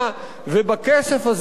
עמיתי חברי הכנסת,